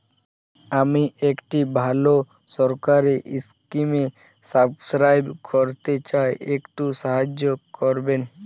আমি একটি ভালো সরকারি স্কিমে সাব্সক্রাইব করতে চাই, একটু সাহায্য করবেন?